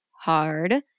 hard